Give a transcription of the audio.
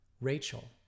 Rachel